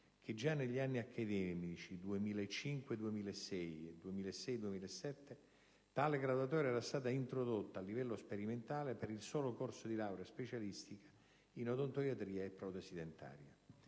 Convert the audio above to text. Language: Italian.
che, già negli anni accademici 2005-2006 e 2006-2007, tale graduatoria era stata introdotta, a livello sperimentale, per il solo corso di laurea specialistica in odontoiatria e protesi dentaria.